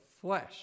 flesh